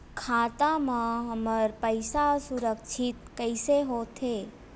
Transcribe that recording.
खाता मा हमर पईसा सुरक्षित कइसे हो थे?